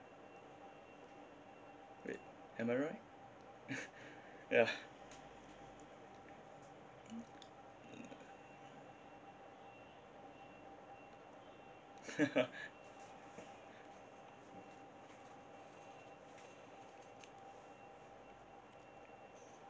wait am I right ya